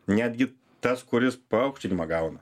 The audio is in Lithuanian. netgi tas kuris paaukštinimą gauna